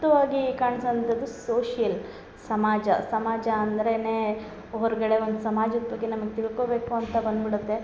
ವಾಗಿ ಕಾಣ್ಸ ಅಂಥದ್ದು ಸೋಷ್ಯಲ್ ಸಮಾಜ ಸಮಾಜ ಅಂದರೇನೆ ಹೊರಗಡೆ ಒಂದು ಸಮಾಜದ ಬಗ್ಗೆ ನಮಗೆ ತಿಳ್ಕೊಬೇಕು ಅಂತ ಬಂದ್ಬಿಡುತ್ತೆ